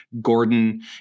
Gordon